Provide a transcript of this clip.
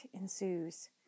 ensues